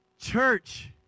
Church